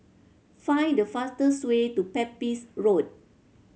find the fastest way to Pepys Road